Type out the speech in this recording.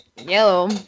Yellow